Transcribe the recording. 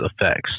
effects